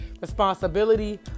responsibility